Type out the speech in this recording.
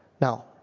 Now